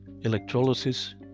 electrolysis